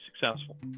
successful